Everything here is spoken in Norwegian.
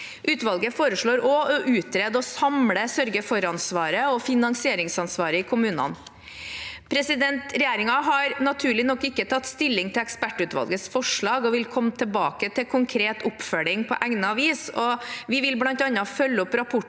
Utvalget foreslår også å utrede og samle sørge-for-ansvaret og finansieringsansvaret i kommunene. Regjeringen har naturlig nok ikke tatt stilling til ekspertutvalgets forslag og vil komme tilbake til konkret oppfølging på egnet vis. Vi vil bl.a. følge opp rapporten